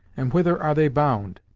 and whither are they bound?